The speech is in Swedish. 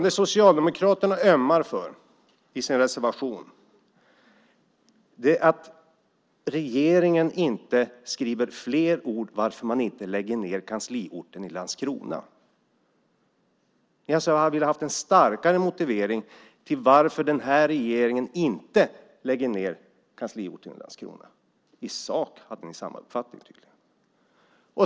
Det Socialdemokraterna ömmar för i sin reservation är att regeringen inte skriver fler ord om varför man inte lägger ned kansliet i Landskrona. Ni hade alltså velat ha en starkare motivering till varför den här regeringen inte lägger ned kansliet i Landskrona. I sak hade ni tydligen samma uppfattning.